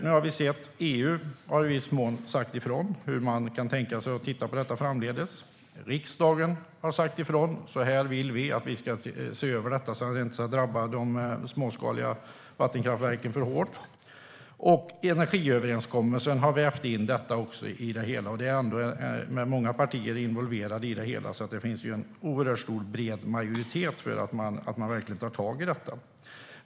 Nu har vi sett att EU i viss mån sagt hur man kan tänka sig att titta på dessa frågor framdeles. Riksdagen har sagt hur dessa frågor ska ses över så att de småskaliga vattenkraftverken inte drabbas för hårt. Energiöverenskommelsen har vävt in dessa frågor. Där är många partier involverade med en oerhört bred majoritet för att verkligen ta tag i dessa frågor.